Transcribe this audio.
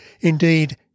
Indeed